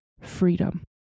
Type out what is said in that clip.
freedom